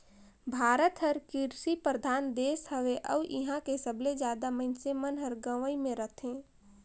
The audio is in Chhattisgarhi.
भारत हर कृसि परधान देस हवे अउ इहां के सबले जादा मनइसे मन हर गंवई मे रथें